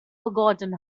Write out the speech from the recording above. forgotten